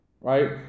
right